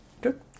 Good